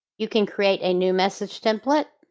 you can create a new message template